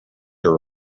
your